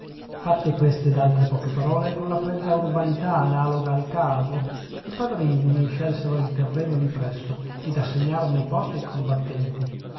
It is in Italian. fatte queste ed altre poche parole con la fredda urbanità analoga al caso i padrini scelsero il terreno lì presso ed assegnarono i posti ai combattenti